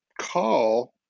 call